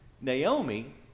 Naomi